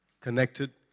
Connected